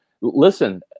listen